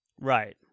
Right